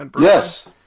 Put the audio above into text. Yes